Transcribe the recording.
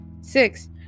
six